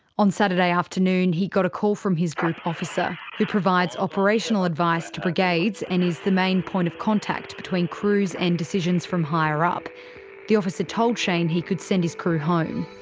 on saturday afternoon, he got a call from his group officer who provides operational advice to brigades and is the main point of contact between crews and decisions from higher up the officer told shane he could send his crew home.